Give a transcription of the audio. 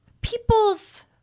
people's